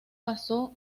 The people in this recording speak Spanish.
pasó